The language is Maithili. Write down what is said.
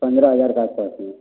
पन्द्रह हजारके आसपास होत